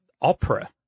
Opera